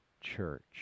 church